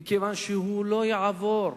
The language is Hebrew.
כי הוא לא יעבור.